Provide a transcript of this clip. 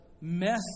mess